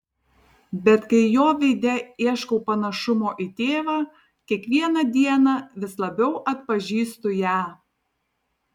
bet kai jo veide ieškau panašumo į tėvą kiekvieną dieną vis labiau atpažįstu ją